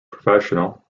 professional